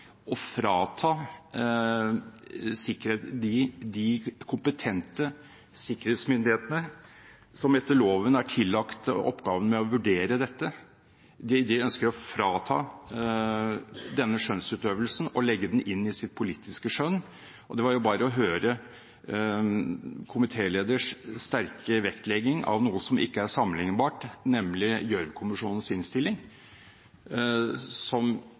og frata de kompetente sikkerhetsmyndighetene, som etter loven er tillagt oppgaven med å vurdere dette, denne skjønnsutøvelsen og legge den inn i sitt politiske skjønn. Det var jo bare å høre komitélederens sterke vektlegging av noe som ikke er sammenlignbart, nemlig Gjørv-kommisjonens innstilling, som